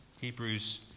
Hebrews